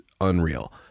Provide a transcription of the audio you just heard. unreal